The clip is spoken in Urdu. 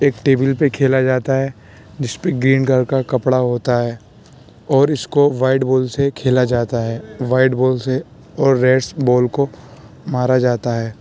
ایک ٹیبل پہ کھیلا جاتا ہے جس پہ گرین کلر کا کپڑا ہوتا ہے اور اس کو وائٹ بال سے کھیلا جاتا ہے وائٹ بال سے اور ریڈس بال کو مارا جاتا ہے